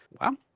Wow